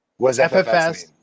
FFS